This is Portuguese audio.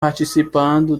participando